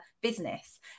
business